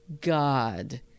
God